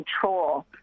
control